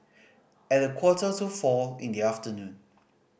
at a quarter to four in the afternoon